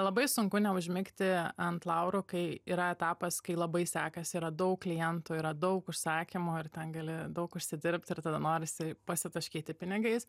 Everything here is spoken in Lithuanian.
labai sunku neužmigti ant laurų kai yra etapas kai labai sekasi yra daug klientų yra daug užsakymų ir ten gali daug užsidirbt ir tada norisi pasitaškyti pinigais